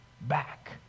back